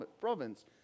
province